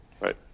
Right